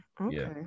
Okay